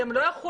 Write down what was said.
אתם לא יכולים,